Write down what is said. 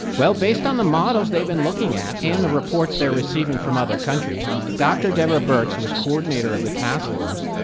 well, based on the models they've been looking at and the reports they're receiving from other countries dr. deborah birx, who is coordinator of the task force,